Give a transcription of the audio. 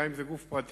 גם אם זה גוף פרטי,